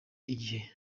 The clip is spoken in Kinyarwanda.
igihe